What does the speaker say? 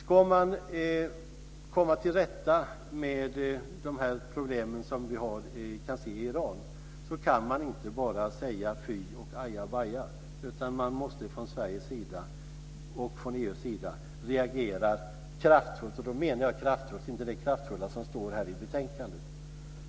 Ska man komma till rätta med dessa problem som vi kan se i Iran kan man inte bara säga fy och ajabaja, utan man måste från Sveriges sida och från EU:s sida reagera kraftfullt.